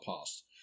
past